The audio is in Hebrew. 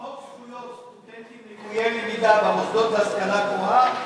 חוק זכויות סטודנטים לקויי למידה במוסדות להשכלה גבוהה,